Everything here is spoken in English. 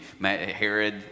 Herod